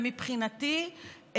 מבחינתי,